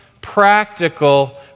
practical